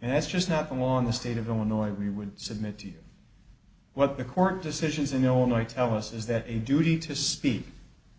and that's just happened on the state of illinois we would submit to you what the court decisions in illinois tell us is that a duty to speak